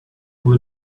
will